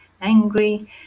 angry